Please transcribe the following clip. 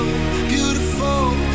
beautiful